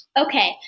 Okay